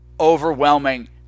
overwhelming